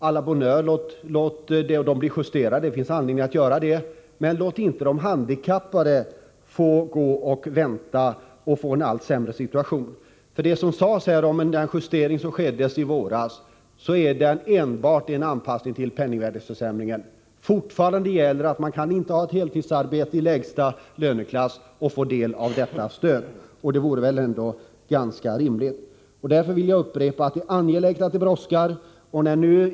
A la bonne heure, låt dem bli justerade — det kan finnas anledning till det — men låt inte de handikappade vänta och få en allt sämre situation. Den justering som skedde i våras är enbart en anpassning till penningvärdesförsämringen. Fortfarande gäller att man inte kan ha ett heltidsarbete i lägsta löneklass och få del av bilstödet. Det vore väl ändå ganska rimligt. Jag vill upprepa att detta är angeläget och att det brådskar.